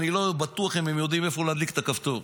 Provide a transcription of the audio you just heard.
אני לא בטוח אם הם יודעים איפה להדליק את הכפתור.